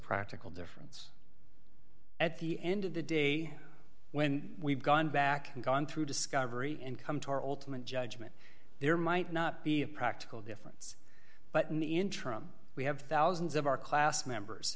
practical difference at the end of the day when we've gone back and gone through discovery and come to our ultimate judgment there might not be a practical difference but in the interim we have thousands of our class members